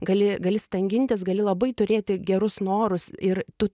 gali gali stangintis gali labai turėti gerus norus ir tu